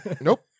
Nope